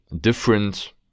different